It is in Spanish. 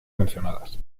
mencionadas